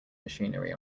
machinery